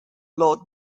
lord